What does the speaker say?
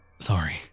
Sorry